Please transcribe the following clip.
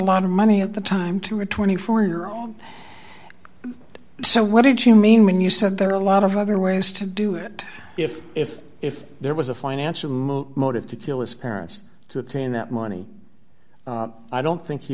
lot of money at the time to return you for your own so what did you mean when you said there are a lot of other ways to do it if if if there was a financial motive to kill his parents to obtain that money i don't think he